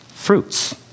fruits